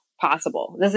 possible